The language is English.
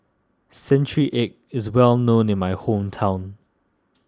Century Egg is well known in my hometown